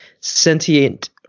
sentient